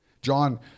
john